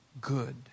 good